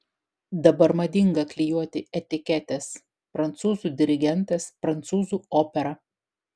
dabar madinga klijuoti etiketes prancūzų dirigentas prancūzų opera